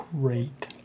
Great